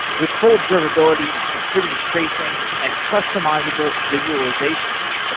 with full observability, distributed tracing and customizable visualizations,